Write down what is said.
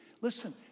listen